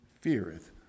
feareth